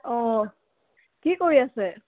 কি কৰি আছে